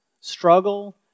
struggle